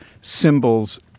symbols